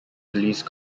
police